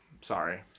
Sorry